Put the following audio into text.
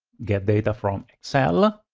get data from excel.